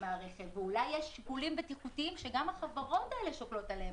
מהרכב ואולי יש שיקולים בטיחותיים שגם החברות האלה שוקלות אותם.